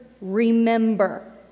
remember